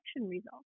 results